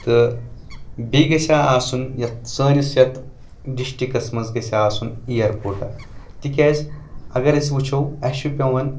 تہٕ بیٚیہِ گژھِ ہا آسُن یَتھ سٲنِس یَتھ ڈِسٹرکَس منٛز گژھِ ہا آسُن ایرپورٹا تِکیازِ اَگر أسۍ وُچھو اَسہِ چھ پیوان